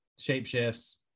Shapeshifts